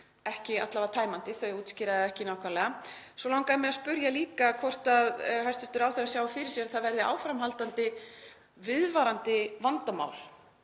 ekki alla vega tæmandi. Þau útskýra það ekki nákvæmlega. Svo langaði mig að spyrja líka hvort hæstv. ráðherra sjái fyrir sér að það verði áframhaldandi viðvarandi vandamál